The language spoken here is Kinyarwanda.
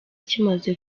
kimaze